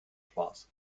spaß